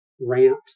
rant